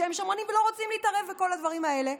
שהם שמרנים ולא רוצים להתערב בכל הדברים האלה,